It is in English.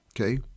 Okay